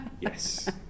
Yes